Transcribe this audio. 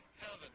heaven